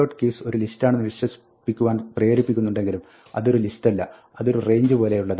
keys ഒരു ലിസ്റ്റാണെന്ന് വിശ്വസിപ്പിക്കുവാൻ പ്രേരിപ്പിക്കുന്നുണ്ടെങ്കിലും അതൊരു ലിസ്റ്റല്ല അതൊരു range പോലെയുള്ളതാണ്